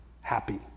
happy